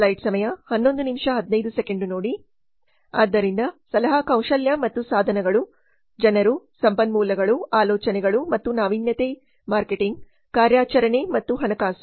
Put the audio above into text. ಆದ್ದರಿಂದ ಸಲಹಾ ಕೌಶಲ್ಯ ಮತ್ತು ಸಾಧನಗಳು ಜನರು ಸಂಪನ್ಮೂಲಗಳು ಆಲೋಚನೆಗಳು ಮತ್ತು ನಾವೀನ್ಯತೆ ಮಾರ್ಕೆಟಿಂಗ್ ಕಾರ್ಯಾಚರಣೆ ಮತ್ತು ಹಣಕಾಸು